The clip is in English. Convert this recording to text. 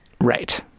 Right